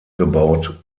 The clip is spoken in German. gebaut